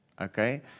okay